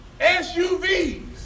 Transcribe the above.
SUVs